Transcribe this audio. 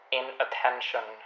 inattention